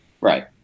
Right